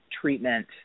treatment